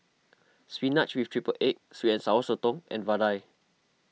Spinach with Triple Egg Sweet and Sour Sotong and Vadai